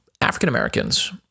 African-Americans